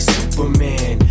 Superman